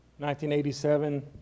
1987